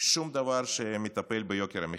שום דבר שמטפל ביוקר המחיה.